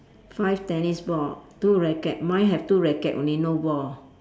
five tennis ball two racket mine have two racket only no ball